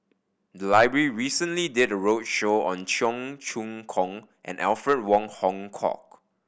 the library recently did a roadshow on Cheong Choong Kong and Alfred Wong Hong Kwok